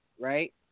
right